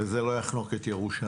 וזה לא יחנוק את ירושלים.